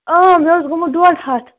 مےٚ اوس گومُت ڈوڈ ہتھ